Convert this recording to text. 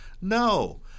No